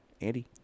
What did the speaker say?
Andy